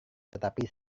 tetapi